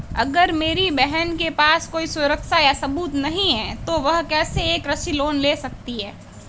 अगर मेरी बहन के पास कोई सुरक्षा या सबूत नहीं है, तो वह कैसे एक कृषि लोन ले सकती है?